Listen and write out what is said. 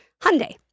Hyundai